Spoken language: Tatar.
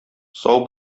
сау